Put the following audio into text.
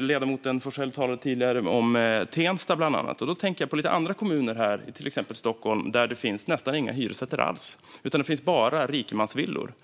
Ledamoten Forssell talade tidigare bland annat om Tensta, och jag tänker på en del andra kommuner, till exempel här i Stockholm, där det nästan inte finns några hyresrätter alls utan bara rikemansvillor.